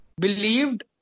believed